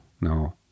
No